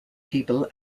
people